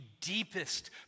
deepest